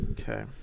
Okay